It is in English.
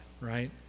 right